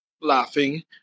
laughing